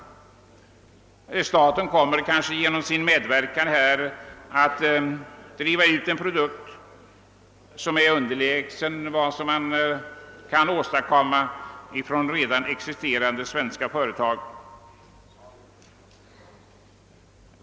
Staten kommer kanske att medverka till att föra ut en produkt som är underlägsen vad som kan åstadkommas av redan existerande svenska företag.